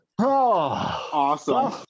awesome